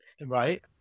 Right